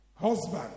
Husband